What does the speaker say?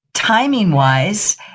Timing-wise